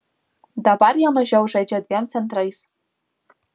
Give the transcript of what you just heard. dabar jie mažiau žaidžia dviem centrais